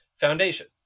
Foundation